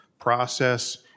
process